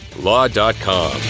Law.com